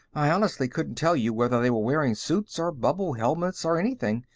i honestly couldn't tell you whether they were wearing suits or bubble-helmets or anything.